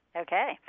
Okay